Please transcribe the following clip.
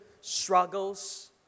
struggles